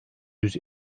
yüz